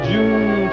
June